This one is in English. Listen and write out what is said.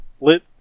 lit